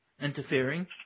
interfering